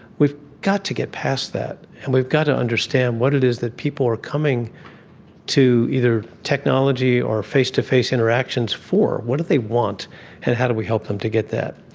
we've got to get past that and we've got to understand what it is that people are coming to either technology or face-to-face interactions for. what do they want and how do we help them to get that?